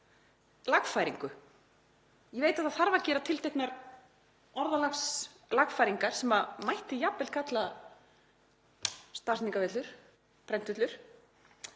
lagfæringu. Ég veit að það þarf að gera tilteknar orðalagslagfæringar sem mætti jafnvel kalla stafsetningarvillur, prentvillur,